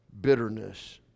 bitterness